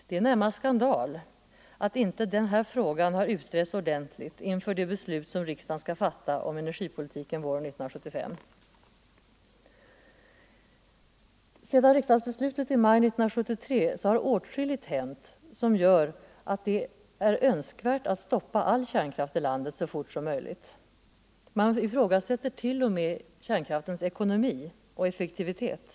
Det är närmast skandal att inte denna fråga har utretts ordentligt inför det beslut som riksdagen skall fatta om energipolitiken våren 1975. Efter riksdagsbeslutet i maj 1973 har åtskilligt hänt som gör det önskvärt att stoppa all kärnkraft i landet så fort som möjligt. Man ifrågasätter t.o.m. kärnkraftens ekonomi och effektivitet.